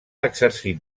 exercit